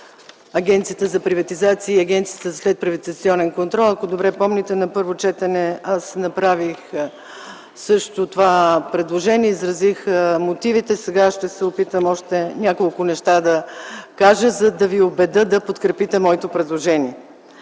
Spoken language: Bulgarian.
Агенцията за приватизация и Агенцията за следприватизационен контрол. Ако добре помните, на първо четене аз направих същото това предложение и изразих мотивите. Сега ще се опитам още няколко неща да кажа, за да ви убедя да подкрепите моето предложение.